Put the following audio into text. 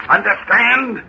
Understand